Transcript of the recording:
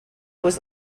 was